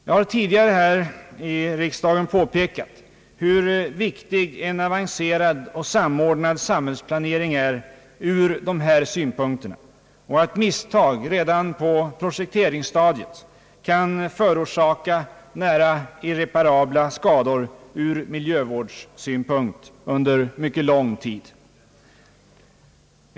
Jag har tidigare här i riksdagen påpekat hur viktig en avancerad och samordnad samhällsplanering är ur dessa synpunkter och att misstag redan på projekteringsstadiet kan förorsaka nära nog irreparabla skador ur miljövårdssynpunkt under mycket lång tid.